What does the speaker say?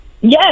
Yes